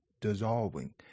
dissolving